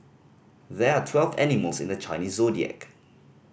there are twelve animals in the Chinese Zodiac